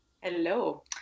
Hello